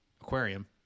aquarium